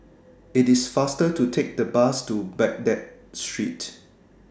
IT IS faster to Take The Bus to Baghdad Street